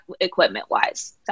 equipment-wise